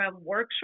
workshop